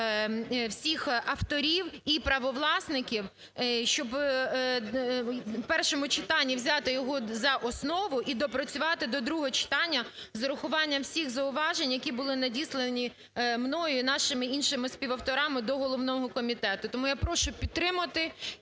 всіх авторів і правовласників, щоб в першому читанні взяти його за основу і допрацювати до другого читання з урахуванням всіх зауважень, які були надіслані мною і нашими іншими співавторами до головного комітету. Тому я прошу підтримати